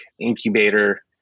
incubator